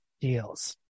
deals